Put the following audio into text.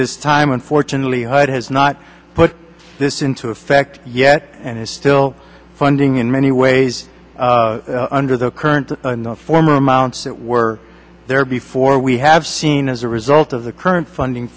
this time unfortunately hood has not put this into effect yet and is still funding in many ways under the current form amounts that were there before we have seen as a result of the current funding